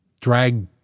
drag